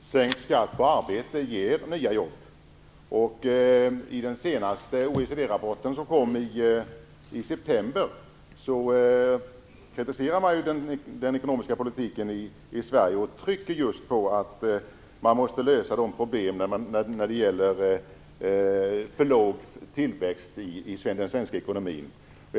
Fru talman! Sänkt skatt på arbete ger nya jobb. I den senaste OECD-rapporten, som kom i september, kritiserade man den ekonomiska politiken i Sverige och trycker just på att problemen med för låg tillväxt i den svenska ekonomin måste lösas.